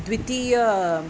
द्वितीया